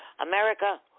America